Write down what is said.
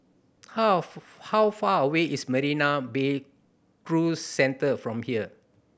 how how far away is Marina Bay Cruise Centre from here